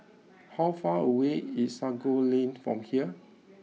how far away is Sago Lane from here